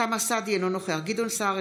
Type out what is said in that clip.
אוסאמה סעדי, אינו נוכח גדעון סער,